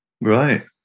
Right